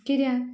किद्याक